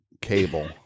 cable